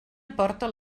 aporta